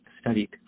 studied